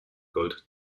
gold